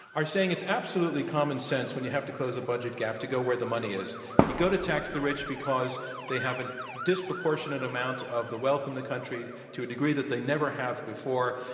are saying, it's absolutely common sense when you have to close a budget gap to go where the money is, that you go to tax the rich because they have an disproportionate amount of the wealth in the country to a degree that they never have before,